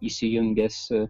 įsijungia esi